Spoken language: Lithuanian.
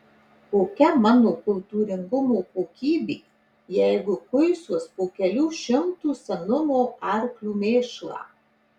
kokia mano kultūringumo kokybė jeigu kuisiuos po kelių šimtų senumo arklių mėšlą